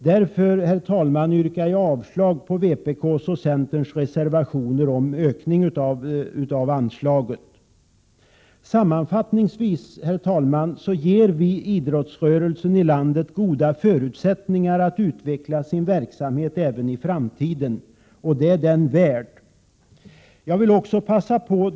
Därför, herr talman, yrkar jag avslag på vpk:s och centerns reservationer om ökat anslag. Sammanfattningsvis, herr talman, ger vi idrottsrörelsen i landet goda förutsättningar att utveckla sin verksamhet även i framtiden. Det är den värd.